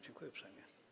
Dziękuję uprzejmie.